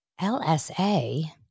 LSA